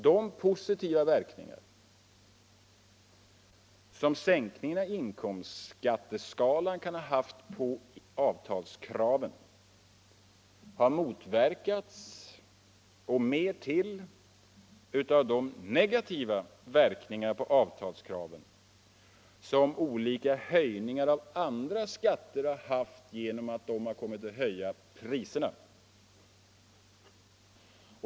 De positiva verkningar som sänkningen av inkomstskatteskalan kan ha haft på avtalskraven har motverkats och mer till av de negativa verkningar på avtalskraven som olika höjningar av andra skatter har haft genom att de kommit att höja priserna.